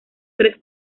tres